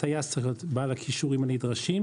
הטייס צריך להיות בעל הכישורים הנדרשים,